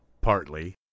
partly